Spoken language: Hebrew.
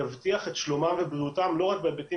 יבטיח את שלומם ובריאותם לא רק בהיבטים